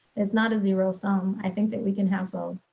that's not a zero sum. i think that we can have both.